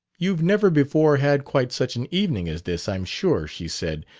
you've never before had quite such an evening as this, i'm sure! she said,